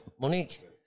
Monique